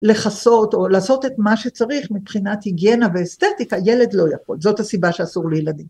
לחסות או לעשות את מה שצריך מבחינת היגיינה ואסתטיקה, ילד לא יכול. זאת הסיבה שאסור לילדים.